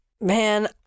Man